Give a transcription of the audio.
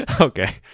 okay